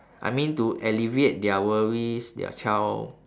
I mean to alleviate their worries their child